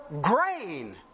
grain